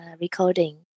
recording